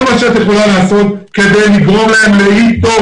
כל מה שאת יכולה לעשות תעשי כדי לגרום להם להתעורר.